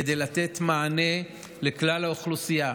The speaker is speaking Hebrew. כימים כדי לתת מענה לכלל האוכלוסייה.